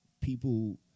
people